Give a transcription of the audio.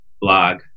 blog